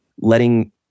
letting